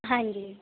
ਹਾਂਜੀ